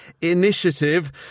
Initiative